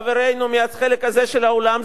חברינו מהחלק הזה של האולם,